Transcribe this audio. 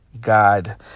God